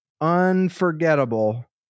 unforgettable